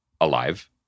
alive